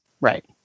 right